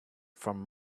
from